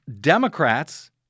Democrats